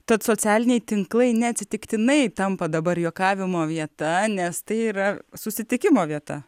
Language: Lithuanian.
tad socialiniai tinklai neatsitiktinai tampa dabar juokavimo vieta nes tai yra susitikimo vieta